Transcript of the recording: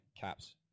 caps